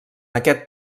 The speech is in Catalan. aquest